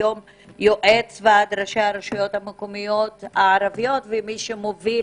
היום יועץ ועד ראשי הרשויות המקומיות הערביות ומי שמוביל